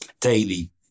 daily